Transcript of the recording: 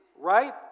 right